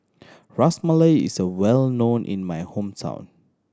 Ras Malai is a well known in my hometown